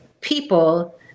people